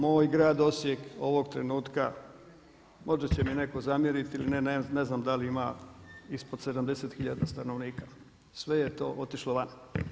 Moj grad Osijek ovog trenutka, možda će mi netko zamjeriti ili ne, ne znam da li ima ispod 70 hiljada stanovnika, sve je to otišlo van.